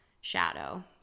shadow